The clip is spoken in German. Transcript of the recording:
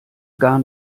gar